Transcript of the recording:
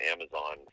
Amazon